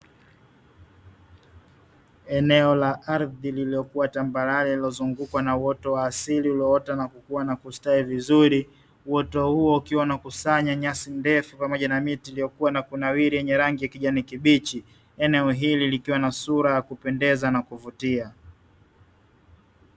Eneo la ardhi lililokuwa tambarare lililozungukwa na uoto wa asili ulioota na kukua na kustawi vizuri. Uoto huo ukiwa unakusanya nyasi ndefu pamoja na miti iliyokua na kunawiri yenye rangi ya kijani kibichi, eneo hili likiwa na sura ya kupendeza na kuvutia.